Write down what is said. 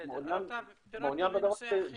מעוניין בדבר הזה.